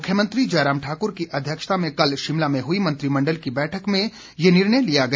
मुख्यमंत्री जयराम ठाकुर की अध्यक्षता में कल शिमला में हुई मंत्रिमंडल की बैठक में ये निर्णय लिया गया